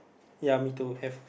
ya me too have